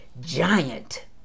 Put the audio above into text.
giant